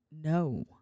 No